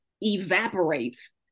evaporates